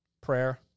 Prayer